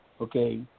okay